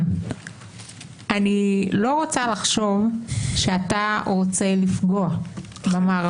רוטמן: אני לא רוצה לחשוב שאתה רוצה לפגוע במערכות.